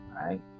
right